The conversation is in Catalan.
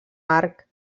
arc